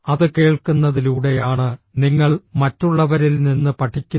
അത് കേൾക്കുന്നതിലൂടെയാണ് നിങ്ങൾ മറ്റുള്ളവരിൽ നിന്ന് പഠിക്കുന്നു